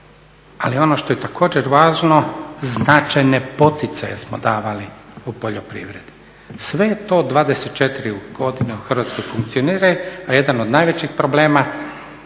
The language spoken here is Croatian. ali ono što je također važno značajne poticaje smo davali u poljoprivredi. Sve je to 24 godine u Hrvatskoj funkcioniralo, a jedan od najvećih problema,